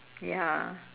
ya